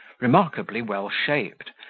remarkably well-shaped,